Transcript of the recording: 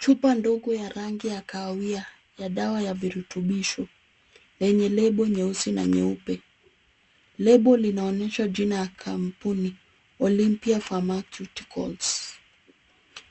Chupa ndogo ya rangi ya kahawia ya dawa ya virutubisho lenye lebo nyeusi na nyeupe. Lebo linaonesha jina ya kampuni Olimpia pharmaceuticals.